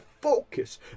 focus